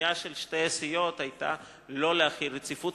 הפנייה של שתי הסיעות היתה לא להחיל רציפות,